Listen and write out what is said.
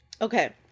Okay